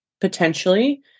potentially